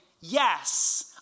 yes